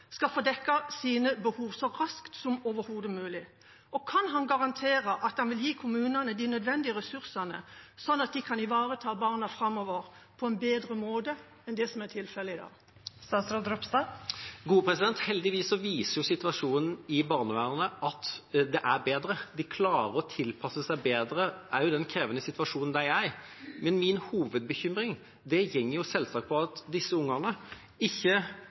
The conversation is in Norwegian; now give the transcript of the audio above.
skal få dekket sine behov så raskt som overhodet mulig? Og kan han garantere at han vil gi kommunene de nødvendige ressursene, sånn at de kan ivareta barna framover på en bedre måte enn det som er tilfellet i dag? Heldigvis viser situasjonen i barnevernet at det går bedre. De klarer å tilpasse seg bedre, også i den krevende situasjonen de er i. Min hovedbekymring går selvsagt på at disse ungene på grunn av smitteverntiltakene ikke